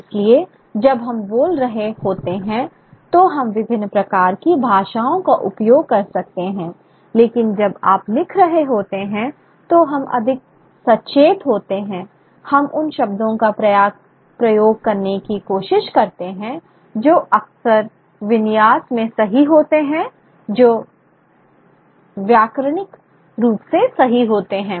इसलिए जब हम बोल रहे होते हैं तो हम विभिन्न प्रकार की भाषाओं का उपयोग कर सकते हैं लेकिन जब आप लिख रहे होते हैं तो हम अधिक सचेत होते हैं हम उन शब्दों का उपयोग करने की कोशिश करते हैं जो अक्षर विन्यास में सही होते हैं जो व्याकरणिक रूप से सही होते हैं